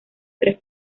tres